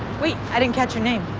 wait, i didn't catch your name.